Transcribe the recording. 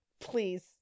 please